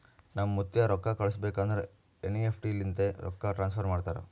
ನಮ್ ಮುತ್ತ್ಯಾ ರೊಕ್ಕಾ ಕಳುಸ್ಬೇಕ್ ಅಂದುರ್ ಎನ್.ಈ.ಎಫ್.ಟಿ ಲಿಂತೆ ರೊಕ್ಕಾ ಟ್ರಾನ್ಸಫರ್ ಮಾಡ್ತಾರ್